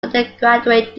undergraduate